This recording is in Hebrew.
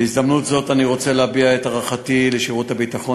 בהזדמנות זו אני רוצה להביע את הערכתי לשירות הביטחון